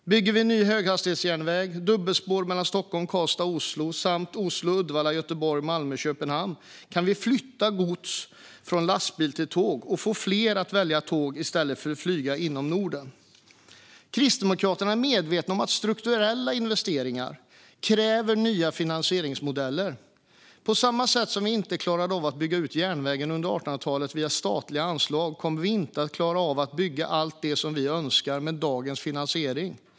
Bygger vi ny höghastighetsjärnväg, dubbelspår mellan Stockholm, Karlstad och Oslo samt mellan Oslo, Uddevalla, Göteborg, Malmö och Köpenhamn kan vi flytta gods från lastbil till tåg och få fler att välja tåg i stället för flyg inom Norden. Kristdemokraterna är medvetna om att strukturella investeringar kräver nya finansieringsmodeller. På samma sätt som vi inte klarade av att bygga ut järnvägen under 1800-talet via statliga anslag kommer vi inte att klara av att bygga allt det som vi önskar med dagens finansiering.